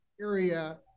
area